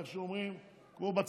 כמו שאומרים בצבא,